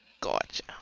Gotcha